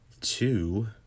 two